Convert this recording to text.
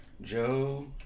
Joe